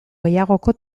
gehiagoko